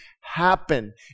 happen